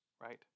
right